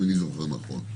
אם אני זוכר נכון.